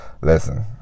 Listen